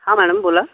हां मॅणम बोला